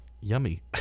yummy